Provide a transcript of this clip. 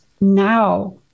now